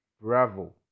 bravo